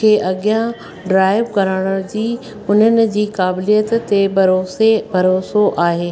खे अॻियां ड्राइव करण जी उन्हनि जी क़ाबिलियत ते भरोसे भरोसो आहे